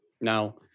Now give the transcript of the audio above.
Now